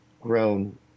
grown